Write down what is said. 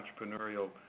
entrepreneurial